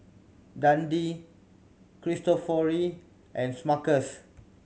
Dundee Cristofori and Smuckers